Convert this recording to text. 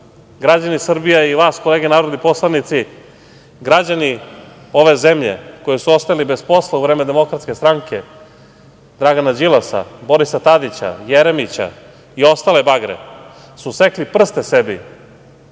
građani Srbije, a i vas, kolege narodni poslanici, građani ove zemlje koji su ostali bez posla u vreme Demokratske stranke, Dragana Đilasa, Borisa Tadića, Jeremića i ostale bagre su sekli prste sebi